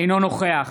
אינו נוכח